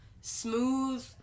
smooth